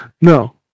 No